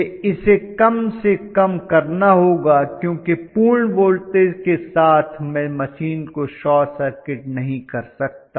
मुझे इसे कम से कम करना होगा क्योंकि पूर्ण वोल्टेज के साथ मैं मशीन को शॉर्ट सर्किट नहीं कर सकता